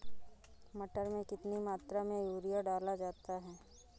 मटर में कितनी मात्रा में यूरिया डाला जाता है?